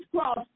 cross